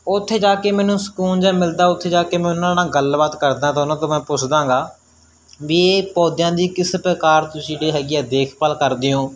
ਉੱਥੇ ਜਾ ਕੇ ਮੈਨੂੰ ਸਕੂਨ ਜਿਹਾ ਮਿਲਦਾ ਉੱਥੇ ਜਾ ਕੇ ਮੈਂ ਉਹਨਾਂ ਨਾਲ ਗੱਲਬਾਤ ਕਰਦਾ ਤਾਂ ਉਹਨਾਂ ਤੋਂ ਮੈਂ ਪੁੱਛਦਾ ਗਾ ਵੀ ਪੌਦਿਆਂ ਦੀ ਕਿਸ ਪ੍ਰਕਾਰ ਤੁਸੀਂ ਜਿਹੜੀ ਹੈਗੀ ਆ ਦੇਖਭਾਲ ਕਰਦੇ ਹੋ